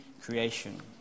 creation